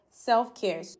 self-care